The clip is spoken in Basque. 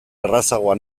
errazagoa